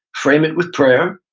frame it with prayer.